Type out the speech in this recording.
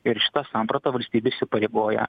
ir šitą sampratą valstybė įsipareigoja